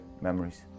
memories